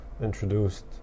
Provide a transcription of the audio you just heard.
introduced